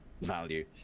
value